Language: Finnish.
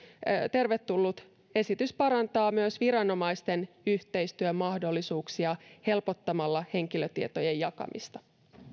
tervetullut esitys parantaa myös viranomaisten yhteistyön mahdollisuuksia helpottamalla henkilötietojen jakamista